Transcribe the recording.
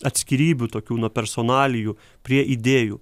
atskirybių tokių nuo personalijų prie idėjų